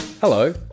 Hello